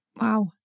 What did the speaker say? Wow